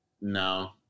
No